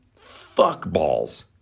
fuckballs